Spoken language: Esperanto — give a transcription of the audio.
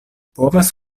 povas